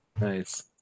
Nice